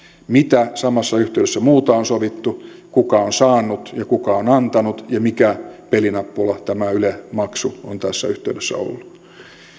mitä muuta samassa yhteydessä on sovittu kuka on saanut ja kuka on antanut ja mikä pelinappula tämä yle maksu on tässä yhteydessä ollut